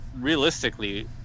realistically